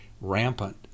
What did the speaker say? rampant